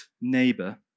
neighbor